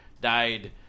died